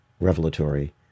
revelatory